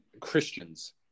Christians